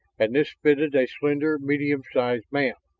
and this fitted a slender, medium-sized man.